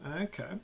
Okay